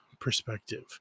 perspective